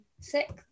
six